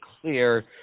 clear